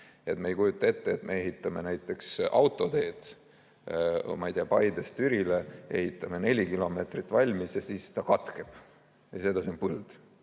Me ei kujuta ette, et ehitame näiteks autoteed Paidest Türile, ehitame neli kilomeetrit valmis ja siis see katkeb ja edasi on põld.